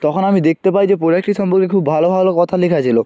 তখন আমি দেখতে পাই যে প্রোডাক্টির সম্পর্কে খুব ভালো ভালো কথা লেখা ছিলো